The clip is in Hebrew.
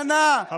מסית ומדיח.